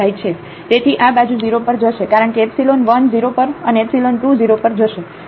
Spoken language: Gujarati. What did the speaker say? તેથી આ બાજુ 0 પર જશે કારણ કે એપ્સીલોન 1 0 પર અને એપ્સીલોન 2 0 પર જશે